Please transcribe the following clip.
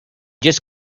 just